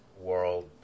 world